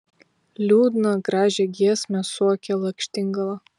liūdną gražią giesmę suokė lakštingala